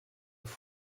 deux